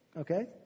okay